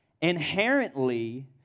Inherently